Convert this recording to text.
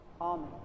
Amen